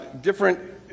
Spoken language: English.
different